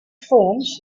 forms